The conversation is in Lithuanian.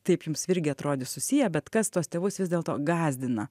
taip jums irgi atrodys susiję bet kas tuos tėvus vis dėlto gąsdina